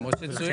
כמו שצוין.